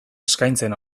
eskaintzen